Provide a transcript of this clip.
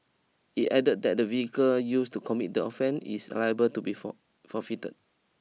it added that the vehicle used to commit the offence is liable to be for forfeited